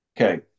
okay